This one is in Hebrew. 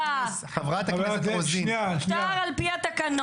הוא יתייעץ וישמע את עמדתה.